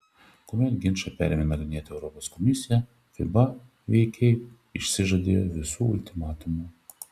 kuomet ginčą perėmė nagrinėti europos komisija fiba veikiai išsižadėjo visų ultimatumų